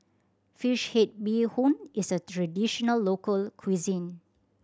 fish head bee hoon is a traditional local cuisine